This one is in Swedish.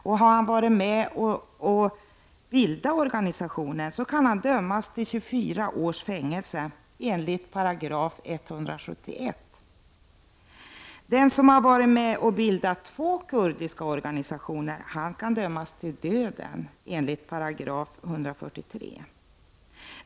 Och om han har varit med att bilda organisationen kan han dömas till 24 års fängelse enligt 171 §. Den som har varit med och bildat två kurdiska organisationer kan dömas till döden enligt 143 §.